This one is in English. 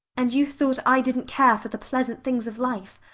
and you thought i didn't care for the pleasant things of life.